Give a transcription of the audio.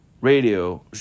radio